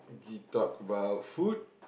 he talk about food